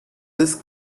this